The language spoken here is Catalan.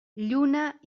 lluna